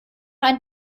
ein